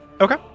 Okay